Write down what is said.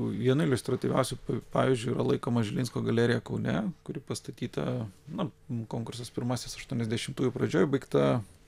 viena iliustratyviausių pavyzdžiu yra laikoma žilinsko galerija kaune kuri pastatyta na konkursas pirmasis aštuoniasdešimtųjų pradžioj baigta